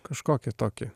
kažkokį tokį